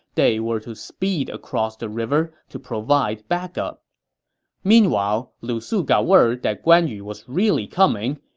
they were to speed across the river to provide backup meanwhile, lu su got word that guan yu was really coming,